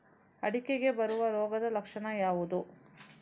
ಅಡಿಕೆಗೆ ಬರುವ ರೋಗದ ಲಕ್ಷಣ ಯಾವುದು?